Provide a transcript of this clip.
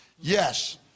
yes